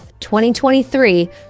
2023